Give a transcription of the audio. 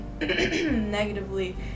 negatively